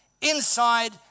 inside